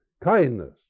Kindness